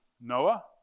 Noah